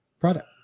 product